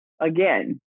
again